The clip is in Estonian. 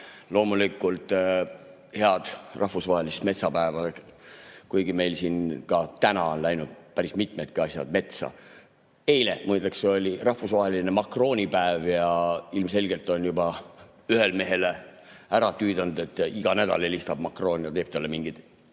Loomulikult head rahvusvahelist metsapäeva, kuigi meil siin ka täna on läinud päris mitmedki asjad metsa. Eile, muide, oli rahvusvaheline makroonipäev ja ilmselgelt on ühe mehe juba ära tüüdanud [see], et iga nädal helistab Macron ja teeb talle mingeid